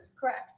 Correct